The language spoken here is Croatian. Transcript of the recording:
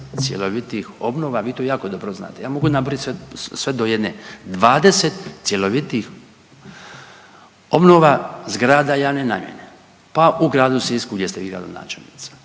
cjelovitih obnova, vi to jako dobro znate, ja mogu nabrojit sve, sve do jedne, 20 cjelovitih obnova zgrada javne namjene, pa u gradu Sisku gdje ste vi gradonačelnica,